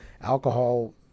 Alcohol